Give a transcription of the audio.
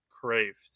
craved